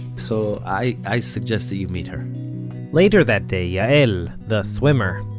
so i, i suggest that you meet her later that day, yael, the swimmer,